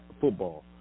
football